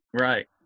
Right